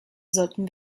sollten